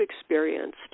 experienced